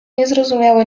niezrozumiały